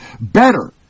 better